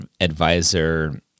advisor